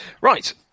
Right